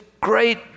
great